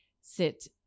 sit